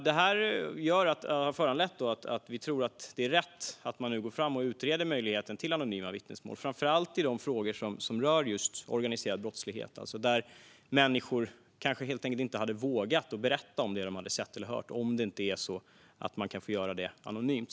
Detta har föranlett oss att tro att det är rätt att nu gå fram och utreda möjligheten till anonyma vittnesmål. Det gäller framför allt i frågor som rör just organiserad brottslighet där människor kanske helt enkelt inte vågar berätta om det de sett eller hört om de inte kan få göra det anonymt.